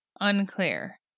Unclear